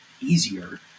easier